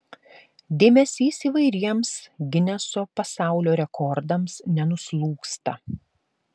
dėmesys įvairiems gineso pasaulio rekordams nenuslūgsta